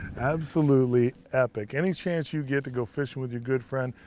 absolutely epic. any chance you get to go fishing with your good friend,